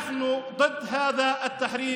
( אנחנו נגד הייעור הזה.